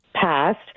passed